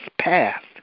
passed